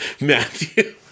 Matthew